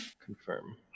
Confirm